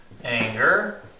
Anger